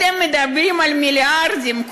אתם מדברים על מיליארדים.